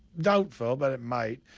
doubtful, but it might,